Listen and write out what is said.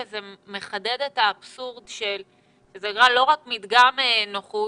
וזה מחדד את האבסורד שזה לא רק מדגם נוחות